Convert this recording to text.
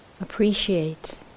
appreciate